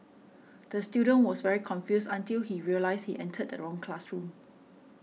the student was very confused until he realised he entered the wrong classroom